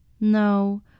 No